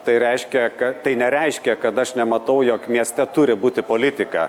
tai reiškia kad tai nereiškia kad aš nematau jog mieste turi būti politika